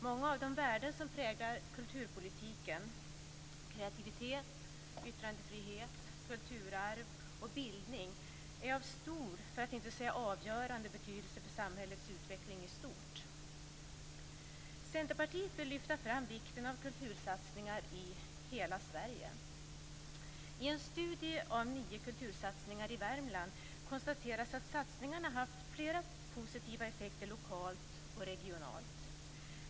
Många av de värden som präglar kulturpolitiken - kreativitet, yttrandefrihet, kulturarv och bildning - är av stor, för att inte säga avgörande, betydelse för samhällets utveckling i stort. Centerpartiet vill lyfta fram vikten av kultursatsningar i hela Sverige. I en studie av nio kultursatsningar i Värmland konstateras att satsningarna haft flera positiva effekter lokalt och regionalt.